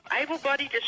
Able-bodied